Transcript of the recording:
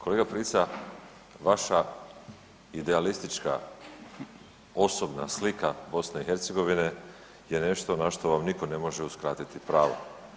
Kolega Prica vaša idealistička osobna slika BiH je nešto na što vam nitko ne može uskratiti pravo.